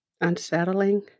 unsettling